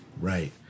Right